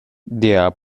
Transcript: der